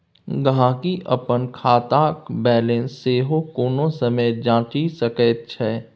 गहिंकी अपन खातक बैलेंस सेहो कोनो समय जांचि सकैत छै